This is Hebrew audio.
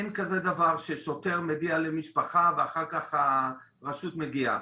אין כזה דבר ששוטר מודיע למשפחה ואחר כך הרשות מגיעה.